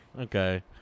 Okay